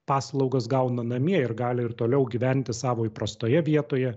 paslaugas gauna namie ir gali ir toliau gyventi savo įprastoje vietoje